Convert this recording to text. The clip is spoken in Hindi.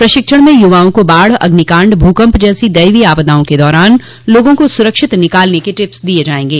प्रशिक्षण में युवाओं को बाढ़ अग्निकांड भूकम्प जैसी दैवीय आपदा के दौरान लोगों को सुरक्षित निकालने के टिप्स दिये जायेंगे